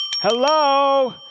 Hello